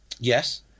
Yes